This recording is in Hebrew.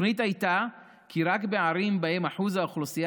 התוכנית הייתה כי רק בערים שבהן שיעור האוכלוסייה